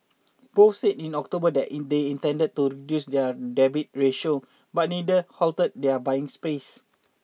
both said in October in they intended to reduce their debt ratio but neither halted their buying sprees